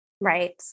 Right